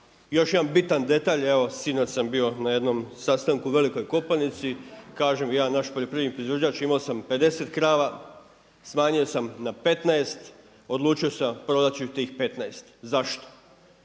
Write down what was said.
još jedan bitan detalj, evo sinoć sam bio na jednom sastanku u Velikoj Kopanici. Kaže jedan naš poljoprivredni proizvođač imao sam 50 krava, smanjio sam na 15. Odlučio sam prodat ću i tih 15. Zašto?